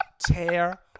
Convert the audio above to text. tear